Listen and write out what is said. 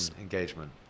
engagement